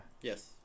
Yes